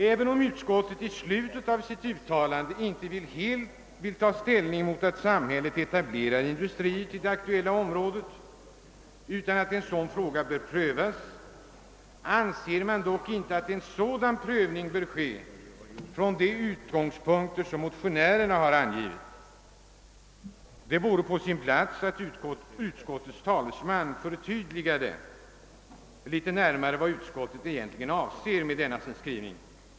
Även om utskottet i slutet av sitt utlåtande inte helt vill ta ställning mot att samhället etablerar industrier i det aktuella området, utan framhåller att frågan bör prövas, anser dock utskottet inte att en sådan prövning bör ske från de utgångspunkter som motionärerna har angivit. Det vore på sin plats att utskottets talesman förtydligade vad utskottet egentligen avser med denna sin skrivning.